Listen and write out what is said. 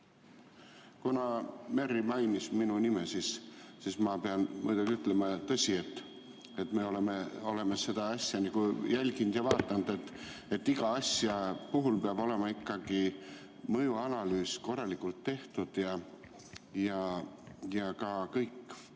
Kuna Merry mainis minu nime, siis ma pean muidugi ütlema, et tõsi, me oleme seda asja nagu jälginud ja vaadanud. Iga asja puhul peab olema ikkagi mõjuanalüüs korralikult tehtud ja ka kõik faktorid